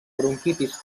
bronquitis